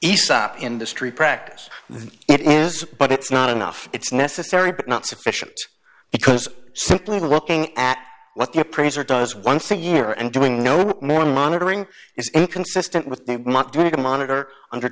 aesop industry practice that it is but it's not enough it's necessary but not sufficient because simply looking at what the appraiser does once a year and doing no more monitoring is inconsistent with not doing a monitor under